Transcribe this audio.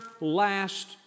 last